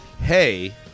Hey